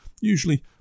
usually